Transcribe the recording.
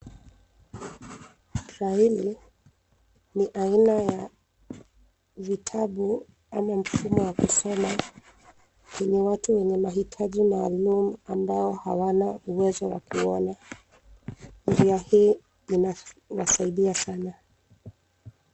Braili ni aina ya vitabu au mfumo wa kusoma ya watu wenye mahitaji maalum ambao hawana uwezo wa kuona. Njia hii inawasaidia sana.